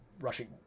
rushing